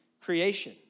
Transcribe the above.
creation